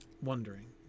wondering